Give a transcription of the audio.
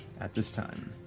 at this time,